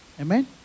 Amen